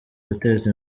guteza